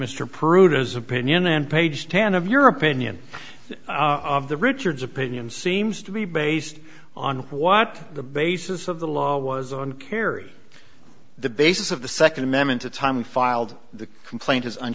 his opinion and page ten of your opinion of the richard's opinion seems to be based on what the basis of the law was on kerry the basis of the second amendment the time we filed the complaint is